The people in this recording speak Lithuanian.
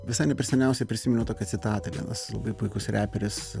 visai ne per seniausiai prisiminiau tokią citatą vienas labai puikus reperis